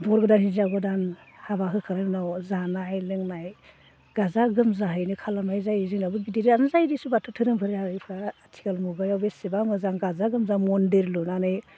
बर गोदान हिनजाव गोदान हाबा होखांनायनि उनाव जानाय लोंनाय गाजा गोमजाहैनो खालामनाय जायो जोंनाबो गिदिरानो जायो देसु बाथौ धोरोमारिफोरा आथिखाल मुगायाव बेसेबा मोजां गाजा गोमजा मन्दिर लुनानै